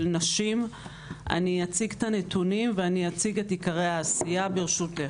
נשים אני אציג את הנתונים ואני אציג את עיקרי העשייה ברשותך.